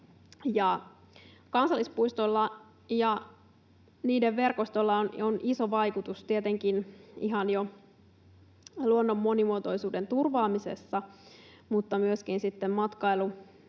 Kansallispuistoilla ja niiden verkostolla on iso vaikutus tietenkin ihan jo luonnon monimuotoisuuden turvaamisessa, mutta myöskin sitten matkailun